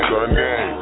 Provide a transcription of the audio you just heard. Sunday